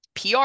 PR